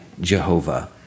Jehovah